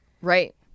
Right